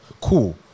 Cool